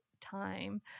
time